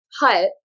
hut